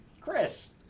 Chris